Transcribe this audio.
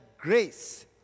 grace